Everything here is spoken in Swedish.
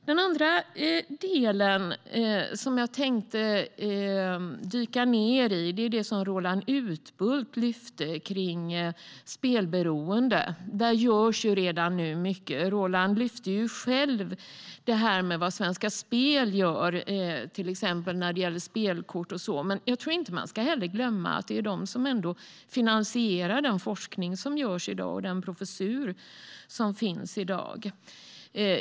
Det andra som jag tänker dyka ned i är det som Roland Utbult tog upp om spelberoende. Där görs mycket redan nu. Roland lyfte fram vad Svenska Spel gör när det till exempel gäller spelkort, men man ska inte glömma att det är Svenska Spel som finansierar forskningen och den professur som finns på området i dag.